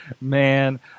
Man